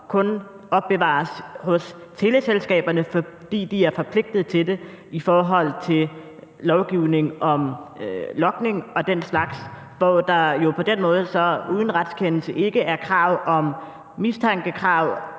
kun opbevares hos teleselskaberne, fordi de er forpligtet til det ifølge lovgivning om logning og den slags, hvor der jo på den måde uden retskendelse ikke er de krav – mistankekrav,